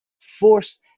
force